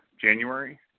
January